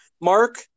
Mark